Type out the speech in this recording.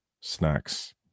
snacks